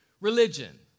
religion